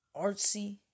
artsy